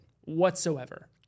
whatsoever